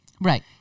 Right